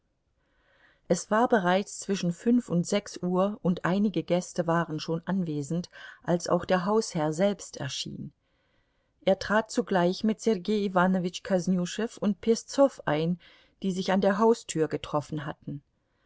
es war bereits zwischen fünf und sechs uhr und einige gäste waren schon anwesend als auch der hausherr selbst erschien er trat zugleich mit sergei iwanowitsch kosnüschew und peszow ein die sich an der haustür getroffen hatten